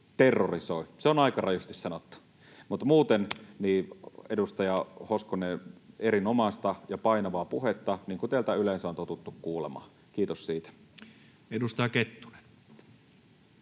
terrorisoivat. Se on aika rajusti sanottu. Mutta muuten, edustaja Hoskonen, erinomaista ja painavaa puhetta, niin kuin teiltä yleensä on totuttu kuulemaan. Kiitos siitä. [Speech